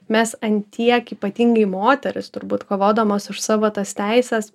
mes ant tiek ypatingai moterys turbūt kovodamos už savo tas teises